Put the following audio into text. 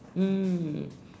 mm